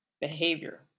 behavior